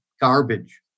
garbage